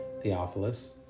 Theophilus